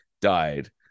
died